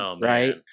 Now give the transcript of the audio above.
right